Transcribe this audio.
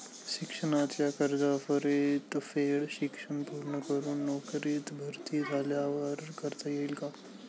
शिक्षणाच्या कर्जाची परतफेड शिक्षण पूर्ण करून नोकरीत भरती झाल्यावर करता येईल काय?